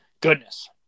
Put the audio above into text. goodness